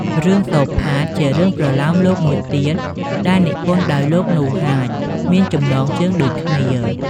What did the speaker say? រឿងសូផាត ជារឿងប្រលោមលោកមួយទៀតដែលនិពន្ធដោយ លោក នូ ហាច មានចំណងជើងដូចគ្នា។